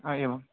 हा एवं